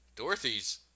Dorothy's